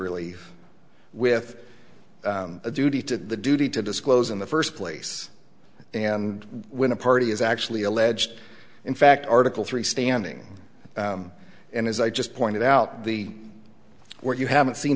relief with a duty to the duty to disclose in the first place and when a party is actually alleged in fact article three standing and as i just pointed out the work you haven't seen